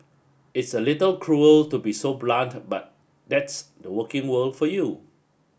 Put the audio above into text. it's a little cruel to be so blunt but that's the working world for you